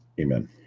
amen